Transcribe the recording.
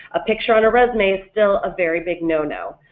a picture on a resume is still a very big no-no.